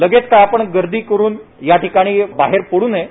लगेच काही आपण गर्दी करुन याठिकाणी बाहेर पडू नये